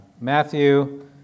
Matthew